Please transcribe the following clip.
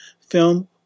film